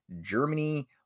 Germany